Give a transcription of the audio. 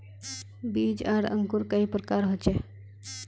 बीज आर अंकूर कई प्रकार होचे?